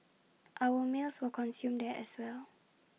our meals were consumed there as well